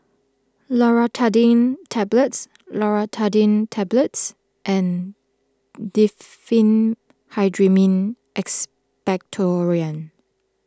Loratadine Tablets Loratadine Tablets and Diphenhydramine Expectorant